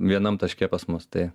vienam taške pas mus tai